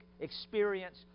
experience